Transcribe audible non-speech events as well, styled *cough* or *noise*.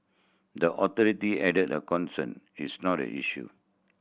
the authority added the *unintelligible* is not a issue